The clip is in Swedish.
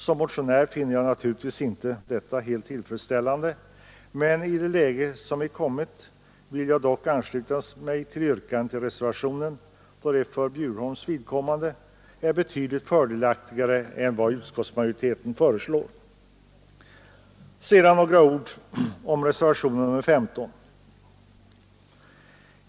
Som motionär finner jag detta naturligtvis inte helt tillfredsställande, men i det läge som vi kommit i vill jag dock ansluta mig till yrkandet i reservationen, då det för Bjurholms kommun är betydligt fördelaktigare än vad utskottsmajoriteten föreslår. Sedan några ord om reservationen 15!